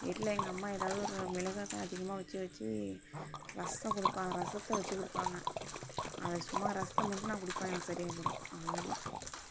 வீட்டில எங்கள் அம்மா ஏதாவது ஒரு மிளகை அதிகமாக வச்சு வச்சு ரசம் கொடுப்பாங்க ரசத்தை வச்சு கொடுப்பாங்க அதை சும்மா ரசத்தை மட்டும் நான் குடிப்பேன் எனக்கு சரியாகி போய்விடும் அவ்வளோ தான்